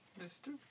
mister